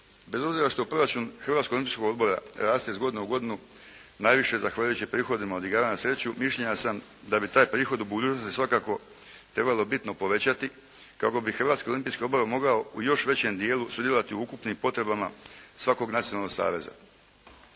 bez obzira što proračun Hrvatskog olimpijskog odbora raste iz godine u godinu najviše zahvaljujući prihodima od igara na sreću. Mišljenja sam da bi taj prihod u budućnosti svakako trebalo bitno povećati kako bi Hrvatski olimpijski odbor mogao u još većem dijelu sudjelovati u ukupnim potrebama svakog nacionalnog saveza.